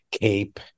Cape